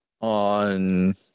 on